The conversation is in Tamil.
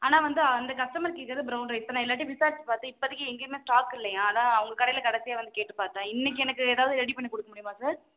ஆனால் வந்து அந்த கஸ்டமர் கேட்குறது ப்ரௌன் ரைஸ் தான் நான் எல்லார்ட்டையும் விசாரிச்சு பார்த்தேன் இப்பதிக்கு எங்கேயுமே ஸ்டாக் இல்லையாம் அதான் உங்கள் கடையில கடைசியாக வந்து கேட்டு பார்த்தேன் இன்னைக்கு எனக்கு எதாவது ரெடி பண்ணி குடிக்க முடியுமா சார்